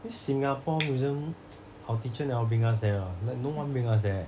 this singapore museum our teacher never bring us there lah like no one bring us there